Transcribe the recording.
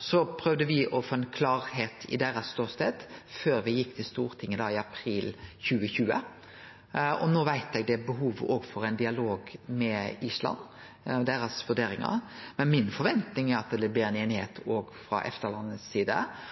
Så prøvde me å få ein klarleik i deira ståstad før me gjekk til Stortinget i april 2020. No veit eg det er behov for å få ein dialog med Island og få deira vurderingar, men forventninga mi er at det blir ei einigheit i EFTA-landa òg. Frå det tidspunktet ein